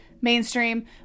mainstream